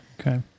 Okay